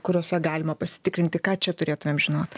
kuriose galima pasitikrinti ką čia turėtumėm žinoti